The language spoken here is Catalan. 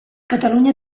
catalunya